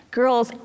girls